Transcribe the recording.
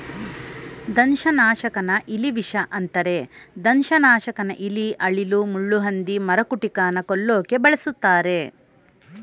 ದಂಶನಾಶಕನ ಇಲಿವಿಷ ಅಂತರೆ ದಂಶನಾಶಕನ ಇಲಿ ಅಳಿಲು ಮುಳ್ಳುಹಂದಿ ಮರಕುಟಿಕನ ಕೊಲ್ಲೋಕೆ ಬಳುಸ್ತರೆ